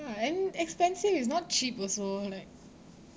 ya and expensive it's not cheap also like